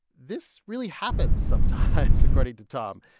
this really happens sometimes according to tom.